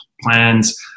plans